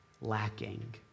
lacking